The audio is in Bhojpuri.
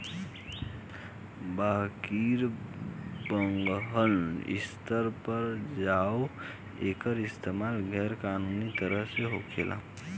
बाकिर बड़हन स्तर पर आजो एकर इस्तमाल गैर कानूनी तरह से होखेला